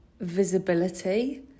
visibility